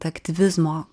ta aktyvizmo